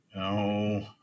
No